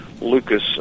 Lucas